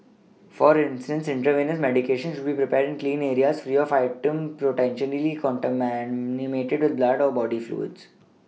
for instance intravenous medications should be prepared clean areas free of items potentially contaminated with blood or body fluids